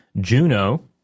Juno